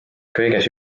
kõiges